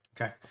Okay